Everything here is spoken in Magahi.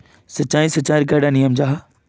सिंचाई सिंचाईर कैडा नियम जाहा?